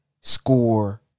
score